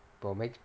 but